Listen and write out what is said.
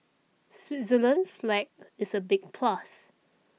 Switzerland's flag is a big plus